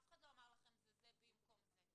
אף אחד לא אמר שזה במקום זה.